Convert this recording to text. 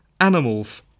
animals